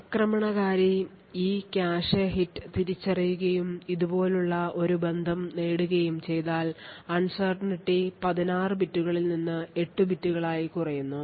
ആക്രമണകാരി ഈ cache hit തിരിച്ചറിയുകയും ഇതുപോലുള്ള ഒരു ബന്ധം നേടുകയും ചെയ്താൽ uncertainity 16 ബിറ്റുകളിൽ നിന്ന് 8 ബിറ്റുകളായി കുറയുന്നു